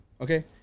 Okay